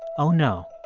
oh, no,